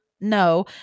no